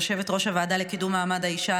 יושבת-ראש הוועדה לקידום מעמד האישה,